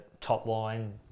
top-line